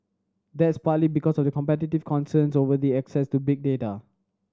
that's partly because of competitive concerns over the access to big data